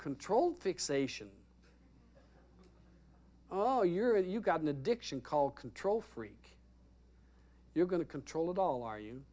controlled fixation oh you're a you got an addiction call control freak you're going to control it all are you